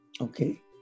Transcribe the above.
Okay